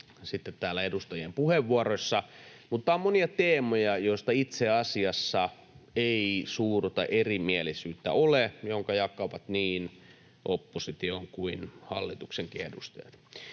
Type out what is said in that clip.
edustajien puheenvuoroissa. Mutta on monia teemoja, joista itse asiassa ei suurta erimielisyyttä ole, jotka niin opposition kuin hallituksenkin edustajat